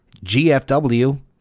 GFW